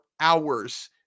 hours